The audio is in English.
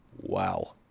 Wow